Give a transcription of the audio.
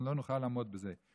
לא נוכל לעמוד בזה.